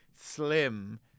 slim